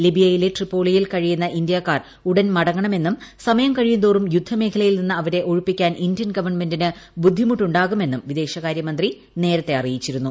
ലിബിയയിലെ ട്രിപ്പോളിയിൽ കഴിയുന്ന ഇന്ത്യക്കാർ ഉടൻ മടങ്ങണമെന്നും സമയം കഴിയുന്തോറും യുദ്ധമേഖലയിൽ നിന്ന് അവരെ ഒഴിപ്പിക്കാൻ ഗവൺമെന്റിന് ബുദ്ധിമുട്ടുണ്ടാകുമെന്നും വിദേശകാരൃമന്ത്രി നേരത്തെ ഇന്ത്യ അറിയിച്ചിരുന്നു